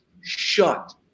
shut